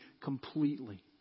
completely